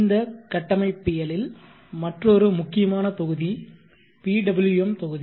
இந்த கட்டமைப்பியலில் மற்றொரு முக்கியமான தொகுதி PWM தொகுதி